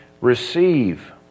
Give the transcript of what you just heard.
receive